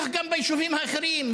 וכך גם ביישובים האחרים,